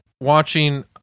watching